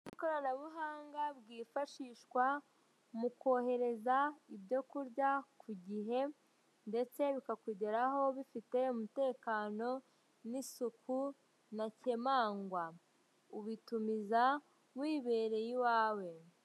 Ikoranabuhanga bwifashishwa mu kohereza ibyo kurya ku gihe ndetse bikakugeraho bifite umutekano n'isuku ntakemangwa, ubitumiza wibereye iwawe.